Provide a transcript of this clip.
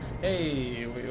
Hey